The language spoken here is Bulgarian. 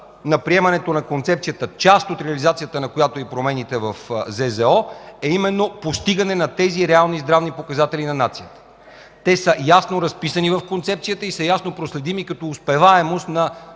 за приемането на концепцията, част от реализацията на която са и промените в Закона за здравното осигуряване, е именно постигането на тези реални здравни показатели на нацията. Те са ясно разписани в концепцията и са ясно проследими като успеваемост на